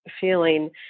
feeling